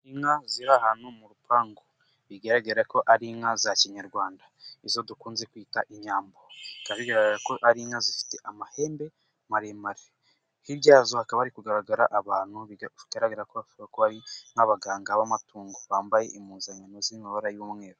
Inka ziri ahantu mu rupangu bigaragara ko ari inka za kinyarwanda izo dukunze kwita inyambo, bikaba bigaragara ko ari inka zifite amahembe maremare hirya yazo hakaba hari kugaragara abantu bigaragara ko bashobora kuba ari nk'abaganga b'amatungo bambaye impuzankano ziri mu mabara y'umweru.